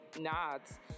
nods